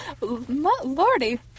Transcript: lordy